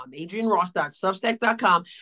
adrianross.substack.com